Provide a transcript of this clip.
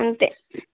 అంతే